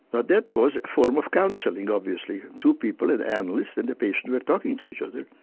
now that was a form of counselling obviously. two people, an analyst and a patient were talking to each other.